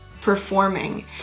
performing